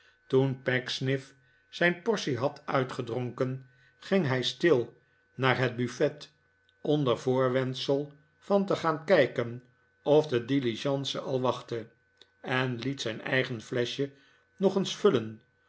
toen pecksniff zijn portie had uitgedronken ging hij stil naar het buffet onder voorwendsel van te gaan kijken of de diligence al wachtte en liet zijn eigen fleschje nog eens vullen